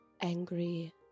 Angry